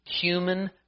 human